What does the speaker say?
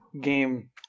game